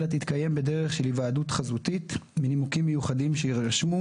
אלא תתקיים בדרך של היוועדות חזותית מנימוקים מיוחדים שיירשמו,